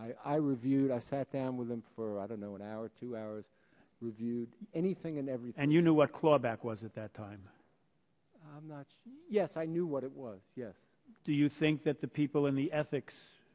i reviewed i sat down with them for other know an hour two hours reviewed anything and everything you know what clawback was at that time i'm not yes i knew what it was yes do you think that the people in the ethics